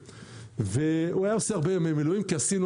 הוא היה עושה הרבה ימי מילואים כי עשינו